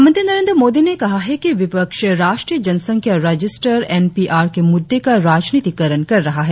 प्रधानमंत्री नरेंद्र मोदी ने कहा है कि विपक्ष राष्ट्रीय जनसंख्या रजिस्टर एन पी आर के मुद्दे का राजनीतिकरण कर रहा है